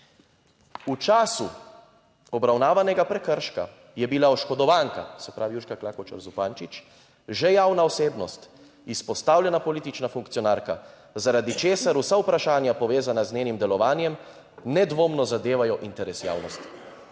V času obravnavanega prekrška je bila oškodovanka, se pravi Urška Klakočar Zupančič, že javna osebnost, izpostavljena politična funkcionarka, zaradi česar vsa vprašanja, povezana z njenim delovanjem, nedvomno zadevajo interes javnosti.